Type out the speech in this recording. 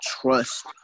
trust